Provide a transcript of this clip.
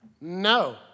No